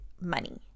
money